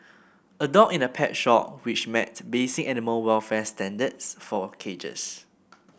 a dog in a pet shop which met basic animal welfare standards for cages